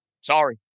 Sorry